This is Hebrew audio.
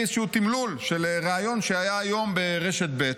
איזשהו תמלול של ריאיון שהיה היום ברשת ב',